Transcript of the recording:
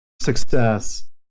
success